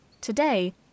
Today